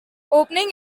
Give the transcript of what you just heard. opening